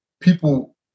people